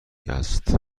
است